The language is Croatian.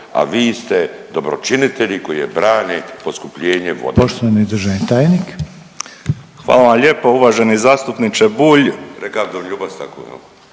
a vi ste dobročinitelji koji brane poskupljenje vode.